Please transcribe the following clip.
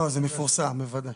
זה מפורסם, בוודאי.